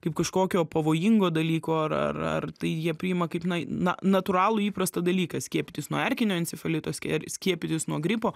kaip kažkokio pavojingo dalyko ar ar tai jie priima kaip na na natūralų įprastą dalyką skiepytis nuo erkinio encefalito skie skiepytis nuo gripo